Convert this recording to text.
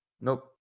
Nope